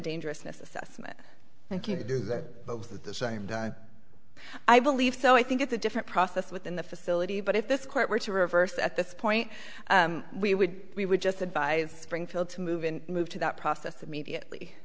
dangerousness assessment and came to do that both at the same time i believe so i think it's a different process within the facility but if this court were to reverse at this point we would we would just advise springfield to move in move to that process immediately